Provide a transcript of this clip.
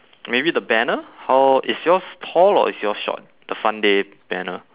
maybe the banner how is yours tall or is yours short the fun day banner